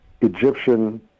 Egyptian